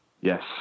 Yes